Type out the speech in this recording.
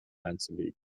einzulegen